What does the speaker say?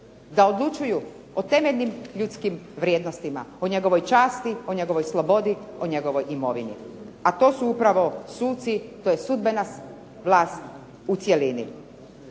da odlučuju o temeljnim ljudskim vrijednostima, o njegovoj časti, o njegovoj slobodi, o njegovoj imovini. A to su upravo suci, to je sudbena vlast u cjelini.